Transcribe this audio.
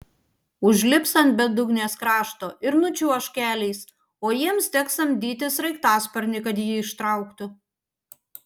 užlips ant bedugnės krašto ir nučiuoš keliais o jiems teks samdyti sraigtasparnį kad jį ištrauktų